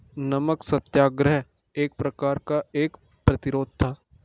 नमक सत्याग्रह एक प्रकार का कर प्रतिरोध था